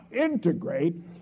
integrate